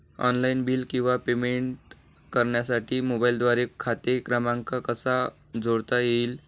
Online bill किंवा payment करण्यासाठी मोबाईलद्वारे खाते क्रमांक कसा जोडता येईल?